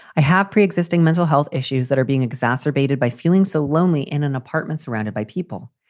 i have pre-existing mental health issues that are being exacerbated by feeling so lonely in an apartment surrounded by people.